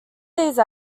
these